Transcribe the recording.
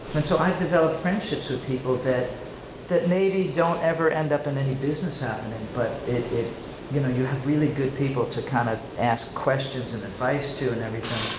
and so i've developed friendships with people that that maybe don't ever end up in any business happening, but you know you have really good people to kind of ask questions and advice to and everything.